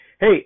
Hey